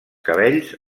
cabells